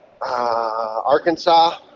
Arkansas